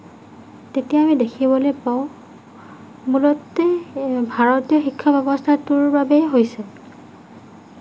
তেতিয়া আমি দেখিবলৈ পাওঁ মূলতে ভাৰতীয় শিক্ষা ব্যৱস্থাটোৰ বাবেই হৈছে